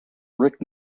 rick